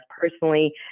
personally